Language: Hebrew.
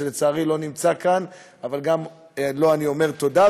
שלצערי לא נמצא כאן אבל גם לו אני אומר תודה,